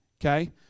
okay